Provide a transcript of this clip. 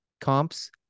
Comps